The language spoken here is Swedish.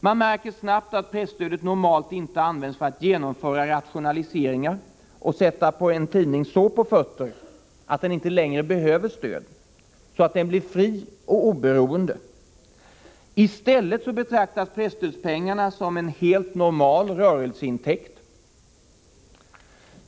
Man märker snabbt att presstödet normalt inte används för att genomföra rationaliseringar och sätta en tidning så snabbt på fötter att den inte längre behöver stöd och blir fri och oberoende. I stället betraktas presstödspengarna som en helt normal rörelseintäkt.